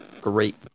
great